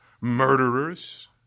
murderers